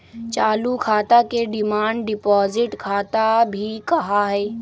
चालू खाता के डिमांड डिपाजिट खाता भी कहा हई